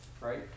right